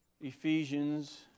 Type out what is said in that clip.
Ephesians